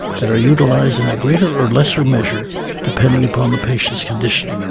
that are utilized in a greater or lesser measure depending upon the patient's condition.